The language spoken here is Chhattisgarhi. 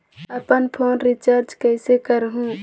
अपन फोन रिचार्ज कइसे करहु?